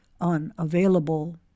unavailable